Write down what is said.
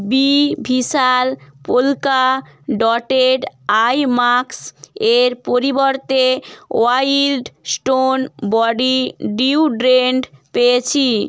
B ভিশাল polka dotted eye মাক্স এর পরিবর্তে ওয়াইল্ড স্টোন বডি ডিউড্রেন্ট পেয়েছি